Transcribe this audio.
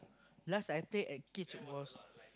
last I played at cage was